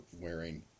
wearing